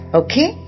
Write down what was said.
okay